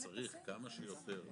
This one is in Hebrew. כשירותו.